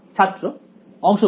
ছাত্র অংশ বোঝায়